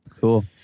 Cool